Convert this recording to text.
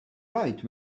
right